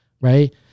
right